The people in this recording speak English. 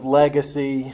legacy